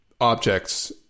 objects